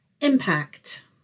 Impact